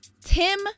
Tim